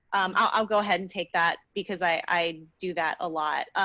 i'll go ahead and take that, because i do that a lot.